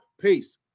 Peace